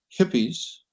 hippies